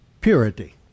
purity